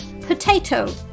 potato